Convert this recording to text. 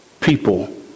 people